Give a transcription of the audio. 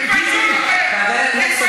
חבר הכנסת